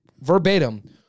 verbatim